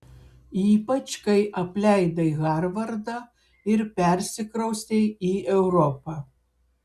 ypač kai apleidai harvardą ir persikraustei į europą